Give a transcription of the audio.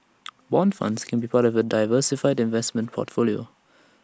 Bond funds can be part of A diversified investment portfolio